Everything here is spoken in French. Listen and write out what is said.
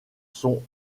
sont